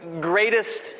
greatest